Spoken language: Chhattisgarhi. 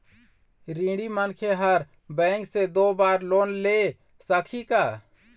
ऋणी मनखे हर बैंक से दो बार लोन ले सकही का?